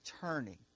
turning